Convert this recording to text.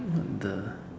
what the